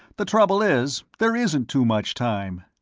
the trouble is, there isn't too much time.